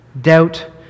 Doubt